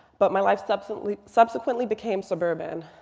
but my life subsequently subsequently became suburban.